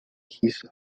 his